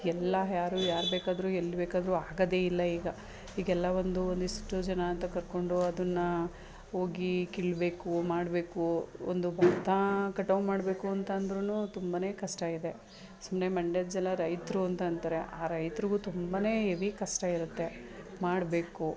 ಎಲ್ಲ ಯಾರು ಯಾರು ಬೇಕಾದರೂ ಎಲ್ಲ ಬೇಕಾದ್ರೂ ಆಗೋದೇ ಇಲ್ಲ ಈಗ ಈಗೆಲ್ಲ ಒಂದು ಒಂದಿಷ್ಟು ಜನ ಅಂತ ಕರ್ಕೊಂಡು ಅದನ್ನು ಹೋಗಿ ಕೀಳ್ಬೇಕು ಮಾಡಬೇಕು ಒಂದು ಭತ್ತ ಕಟಾವು ಮಾಡಬೇಕು ಅಂತಂದ್ರೂ ತುಂಬನೇ ಕಷ್ಟ ಇದೆ ಸುಮ್ಮನೆ ಮಂಡ್ಯದ ಜನ ರೈತರು ಅಂತ ಅಂತಾರೆ ಆ ರೈತ್ರಿಗೂ ತುಂಬನೇ ಎವಿ ಕಷ್ಟ ಇರುತ್ತೆ ಮಾಡಬೇಕು